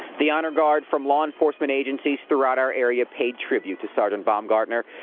the honor guard from law enforcement agencies throughout our area paid tribute to sergeant baumgartner.